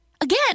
Again